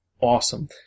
awesome